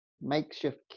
makeshift